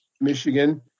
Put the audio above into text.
Michigan